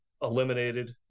eliminated